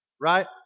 right